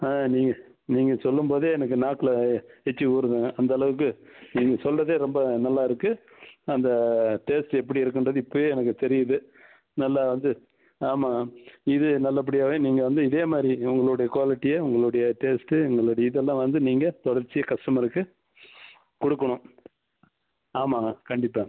நீங்கள் நீங்கள் சொல்லும்போதே எனக்கு நாக்கில் எச்சில் ஊறுதுங்க அந்தளவுக்கு நீங்கள் சொல்கிறதே ரொம்ப நல்லாயிருக்கு அந்த டேஸ்ட்டு எப்படி இருக்குங்றது இப்போயே எனக்கு தெரியுது நல்லா வந்து ஆமாங்க இது நல்லபடியாகவே நீங்கள் வந்து இதே மாதிரி உங்களுடைய குவாலிட்டியை உங்களுடைய டேஸ்ட்டு உங்களுடைய இதில் வந்து நீங்கள் தொடர்ச்சியாக கஸ்டமருக்கு கொடுக்கணும் ஆமாங்க கண்டிப்பாக